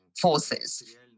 forces